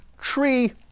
tree